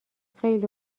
خیلی